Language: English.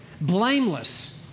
blameless